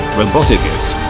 roboticist